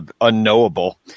unknowable